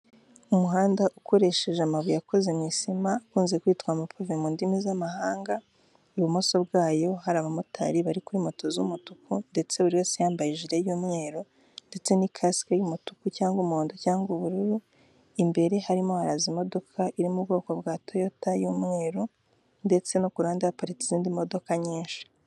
Umuhanda ukoresheje amabuye akoze mu isima ukunze kwitwa amapave mu ndimi z'amahanga, ibumoso bwayo hari abamotari bari kuri moto z'umutuku ndetse buri wese yambaye ijire y'umweru ndetse n'ikasike y'umutuku cyangwa umuhondo cyangwa ubururu imbere harimo haraza imodoka iri mu ubwoko bwa Toyota y'umweru ndetse no ku ruhande haparitse izindi modoka nyinshi.